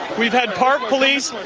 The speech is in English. we've had park police,